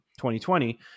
2020